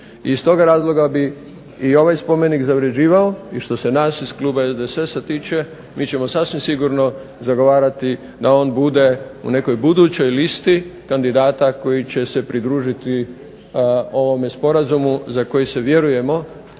Iz toga razloga bi i ovaj spomenik zavređivao i što se tiče nas iz kluba SDSS-a tiče mi ćemo sigurno zagovarati da on bude u nekoj budućoj listi kandidata koji će se pridružiti ovome sporazumu za koje vjerujemo